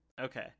okay